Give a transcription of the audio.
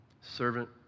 Servant